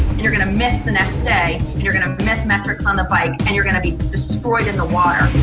and you're gonna miss the next day and you're gonna miss metrics on the bike and you're gonna be destroyed in the water.